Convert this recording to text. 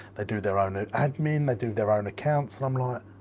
they do their own ah admin, they do their own accounts and i'm like,